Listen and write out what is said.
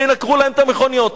שינקרו להם את המכוניות.